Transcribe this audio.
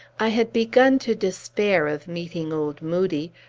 i had begun to despair of meeting old moodie,